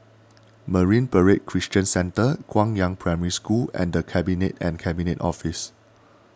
Marine Parade Christian Centre Guangyang Primary School and the Cabinet and Cabinet Office